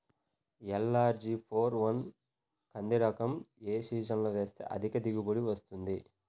LRG four one కంది రకం ఏ సీజన్లో వేస్తె అధిక దిగుబడి వస్తుంది?